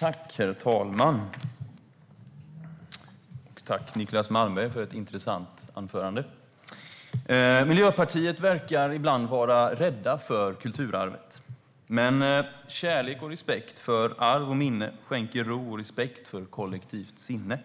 Herr talman! Tack, Niclas Malmberg, för ett intressant anförande! Miljöpartiet verkar ibland vara rädd för kulturarvet. Men kärlek och respekt för arv och minne skänker ro och respekt för kollektivt sinne.